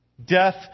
Death